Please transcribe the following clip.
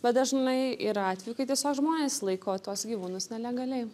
bet dažnai yra atvejų kai tiesiog žmonės laiko tuos gyvūnus nelegaliai